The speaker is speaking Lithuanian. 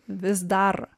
vis dar